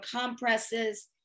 compresses